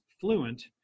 fluent